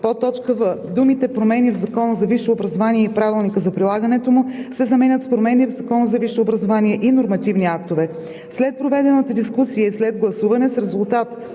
актове“; в) думите „Промени в Закона за висшето образование и Правилника за прилагането му“ се заменят с „Промени в Закона за висшето образование и нормативни актове“. След проведената дискусия и след гласуване с резултат